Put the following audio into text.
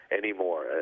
anymore